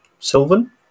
Sylvan